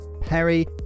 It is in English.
Perry